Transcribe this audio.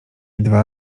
dwa